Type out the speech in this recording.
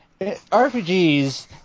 RPGs